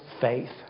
faith